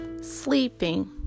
Sleeping